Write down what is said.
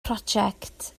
project